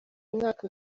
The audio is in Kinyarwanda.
mwaka